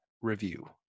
review